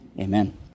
Amen